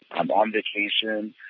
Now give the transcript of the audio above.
i'm on vacation,